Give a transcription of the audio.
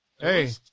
Hey